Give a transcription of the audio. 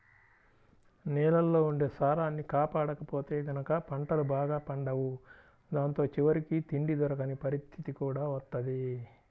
నేలల్లో ఉండే సారాన్ని కాపాడకపోతే గనక పంటలు బాగా పండవు దాంతో చివరికి తిండి దొరకని పరిత్తితి కూడా వత్తది